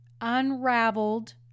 unraveled